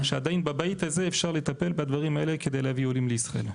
שעדיין בבית הזה אפשר לטפל בדברים האלה כדי להביא עולים לישראל.